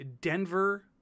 Denver